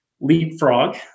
leapfrog